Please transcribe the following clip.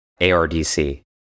ARDC